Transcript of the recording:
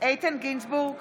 איתן גינזבורג,